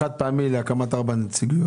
מתי נראה את הנציגויות האלה מאוכלסות?